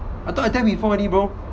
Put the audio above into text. I thought I tell you before already bro